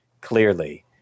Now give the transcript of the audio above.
clearly